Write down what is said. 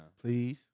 Please